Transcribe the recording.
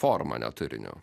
forma ne turiniu